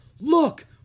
look